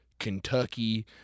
kentucky